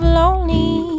lonely